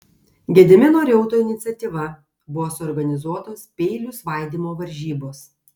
gedimino reuto iniciatyva buvo suorganizuotos peilių svaidymo varžybos